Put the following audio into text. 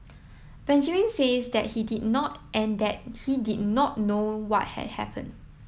Benjamin says that he did not and that he did not know what had happen